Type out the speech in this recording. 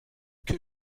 que